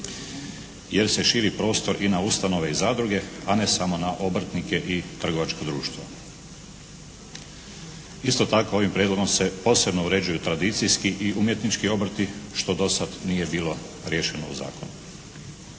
jer se širi prostor i na ustanove i zadruge, a ne samo na obrtnike i trgovačko društvo. Isto tako ovim Prijedlogom se posebno uređuju tradicijski i umjetnički obrti što do sad nije bilo riješeno u zakonu.